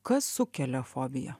kas sukelia fobiją